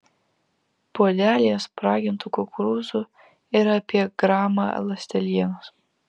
puodelyje spragintų kukurūzų yra apie gramą ląstelienos